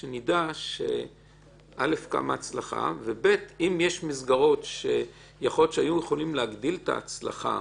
שנדע מה ההצלחה ושנית אם יש מסגרות שיכול להיות שיכלו להגדיל את ההצלחה,